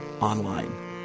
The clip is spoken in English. online